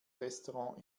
restaurant